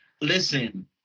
listen